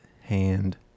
Hand